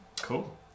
Cool